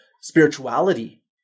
spirituality